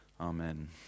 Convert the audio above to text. amen